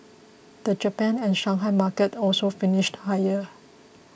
the Japan and Shanghai markets also finished higher